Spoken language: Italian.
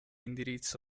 indirizzo